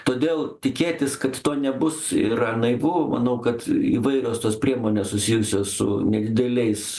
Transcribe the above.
todėl tikėtis kad to nebus yra naivu manau kad įvairios tos priemonės susijusios su nedideliais